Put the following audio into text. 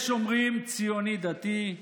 יש אומרים "ציוני דתי",